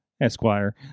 Esquire